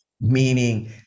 meaning